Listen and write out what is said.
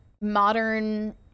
modern